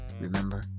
Remember